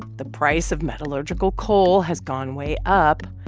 the price of metallurgical coal has gone way up,